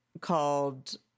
called